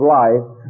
life